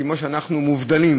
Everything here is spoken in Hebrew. וכמו שאנחנו מובדלים